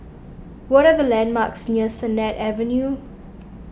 what are the landmarks near Sennett Avenue